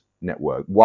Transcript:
network